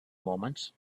moments